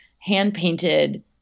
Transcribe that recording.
hand-painted